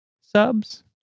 subs